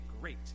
great